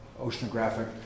oceanographic